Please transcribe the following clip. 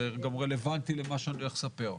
זה רלוונטי גם למה שאני הולך לספר.